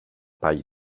πάλι